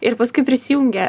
ir paskui prisijungia